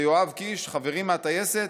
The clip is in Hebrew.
ויואב קיש, חברי מהטייסת: